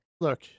Look